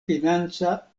financa